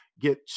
get